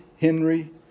Henry